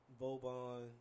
Bobon